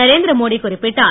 நரேந்திரமோடி குறிப்பிட்டார்